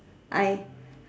I